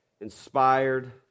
Inspired